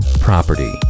property